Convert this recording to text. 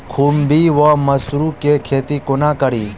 खुम्भी वा मसरू केँ खेती कोना कड़ी?